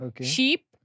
sheep